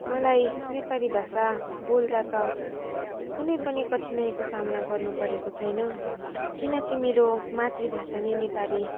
मलाई नेपाली भाषा बोल्दा त कुनै पनि कठिनाइको सामना गर्नु परेको छैन किनकि मेरो मातृभाषा नै नेपाली